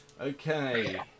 Okay